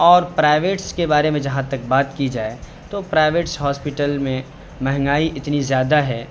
اور پرائیوٹس کے بارے میں جہاں تک بات کی جائے تو پرائیوٹس ہاسپٹل میں مہنگائی اتنی زیادہ ہے